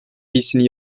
iyisini